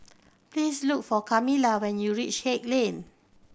please look for Kamilah when you reach Haig Lane